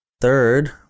third